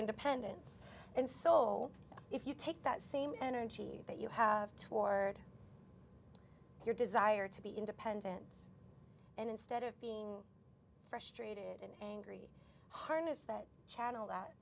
independence and soul if you take that same energy that you have toward your desire to be independence and instead of being frustrated and angry harness that channel